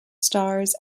stars